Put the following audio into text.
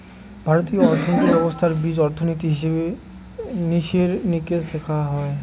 ভারতীয় অর্থনীতি ব্যবস্থার বীজ অর্থনীতি, হিসেব নিকেশ দেখা হয়